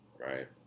right